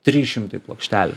trys šimtai plokštelių